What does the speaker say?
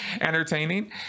entertaining